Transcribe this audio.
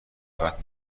قطع